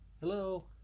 Hello